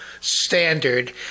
standard